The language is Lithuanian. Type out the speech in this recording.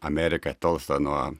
amerika tolsta nuo